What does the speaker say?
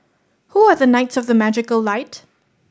who are the knights of the magical light